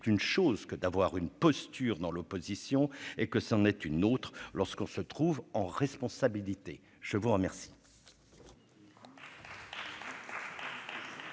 une chose que d'avoir une posture dans l'opposition et que c'en est une autre, lorsqu'on se trouve en responsabilité, je vous remercie.